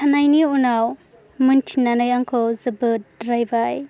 खिन्थानायनि उनाव मोनथिनानै आंखौ जोबोद रायबाय